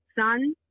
Son